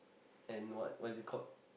and what what is it called